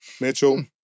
Mitchell